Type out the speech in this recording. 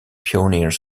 pioneer